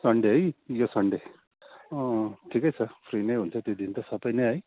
Sunday है यो Sunday अँ ठिकै छ फ्री नै हुन्छ त्यो दिन त सबै नै